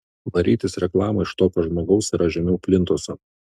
darytis reklamą iš tokio žmogaus yra žemiau plintuso